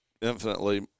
infinitely